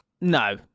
no